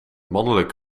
mannelijk